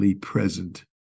present